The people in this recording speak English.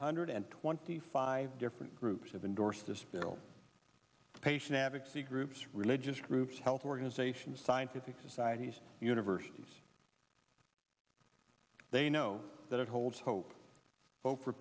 hundred twenty five different groups of indorse this bill the patient advocacy groups religious groups health organizations scientific societies universities they know that it holds hope folk for